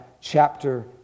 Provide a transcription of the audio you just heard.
chapter